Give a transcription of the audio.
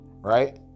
Right